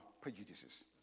prejudices